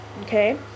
okay